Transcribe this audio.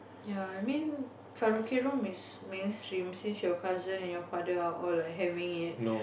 ya I mean karaoke room is mainstream since your cousin and your father are all are having it